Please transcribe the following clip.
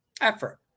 Effort